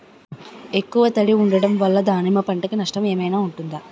ఎక్కువ తడి ఉండడం వల్ల దానిమ్మ పంట కి నష్టం ఏమైనా ఉంటుందా?